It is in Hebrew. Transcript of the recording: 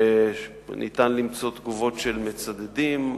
ניתן למצוא תגובות של מצדדים,